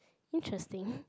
interesting